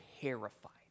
terrified